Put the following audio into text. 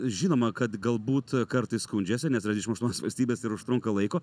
žinoma kad galbūt kartais skundžiasi nes yra dvidešim aštuonios valstybės ir užtrunka laiko